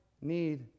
need